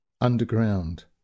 Underground